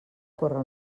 córrer